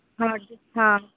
हँ हँ